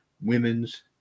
women's